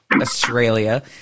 Australia